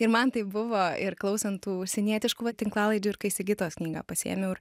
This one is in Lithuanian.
ir man tai buvo ir klausant tų užsienietiškų va tinklalaidžių ir kai sigitos knygą pasiėmiau ir